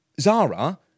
Zara